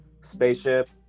spaceship